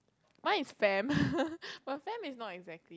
mine is fam but fam is not exactly